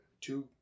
two